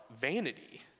vanity